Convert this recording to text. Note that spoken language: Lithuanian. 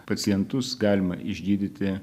pacientus galima išgydyti